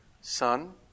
Son